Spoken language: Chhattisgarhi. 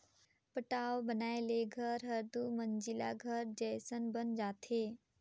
पटाव बनाए ले घर हर दुमंजिला घर जयसन बन जाथे